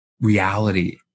reality